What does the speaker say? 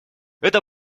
это